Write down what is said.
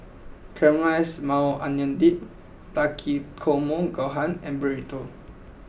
Caramelized Maui Onion Dip Takikomi Gohan and Burrito